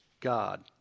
God